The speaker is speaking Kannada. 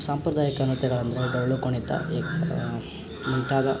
ಸಾಂಪ್ರದಾಯಿಕ ನೃತ್ಯಗಳಂದರೆ ಡೊಳ್ಳುಕುಣಿತ ಮುಂತಾದ